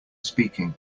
speaking